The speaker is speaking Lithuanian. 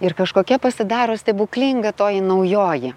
ir kažkokia pasidaro stebuklinga toji naujoji